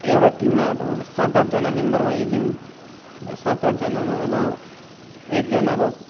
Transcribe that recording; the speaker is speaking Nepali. एउटा टिममा अब सात आठजना मेम्बर मानिलियौँ सात आठजनामा अब एकजना अब